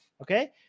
okay